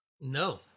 No